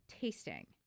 tasting